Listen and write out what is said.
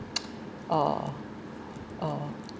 uh uh